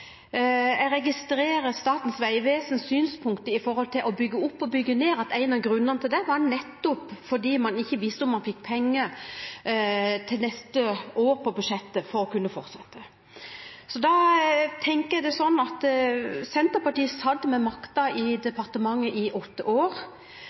Jeg registrerer Statens vegvesens synspunkt når det gjelder å bygge opp og bygge ned, at en av grunnene til det var nettopp at man ikke visste om man fikk penger på budsjettet neste år for å kunne fortsette. Senterpartiet satt ved makten i departementet i åtte år.